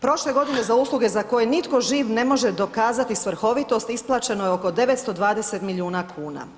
Prošle godine za usluge za koje nitko živ ne može dokazati svrhovitost, isplaćeno je oko 920 milijuna kuna.